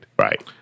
Right